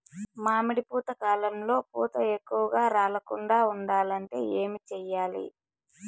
మామిడి పూత కాలంలో పూత ఎక్కువగా రాలకుండా ఉండాలంటే ఏమి చెయ్యాలి?